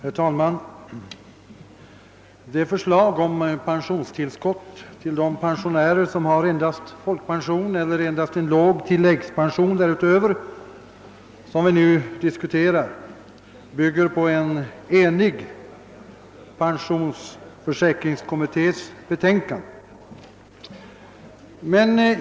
Herr talman! Det förslag om pensionstillskott för pensionärer som endast har folkpension eller en låg tilläggspension, som vi nu diskuterar, bygger på ett enhälligt betänkande från pensionsförsäkringskommittén.